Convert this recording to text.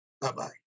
Bye-bye